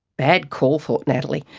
bad call, thought natalie.